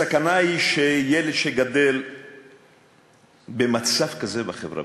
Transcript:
הסכנה היא שילד שגדל במצב כזה בחברה,